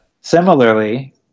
Similarly